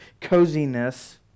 coziness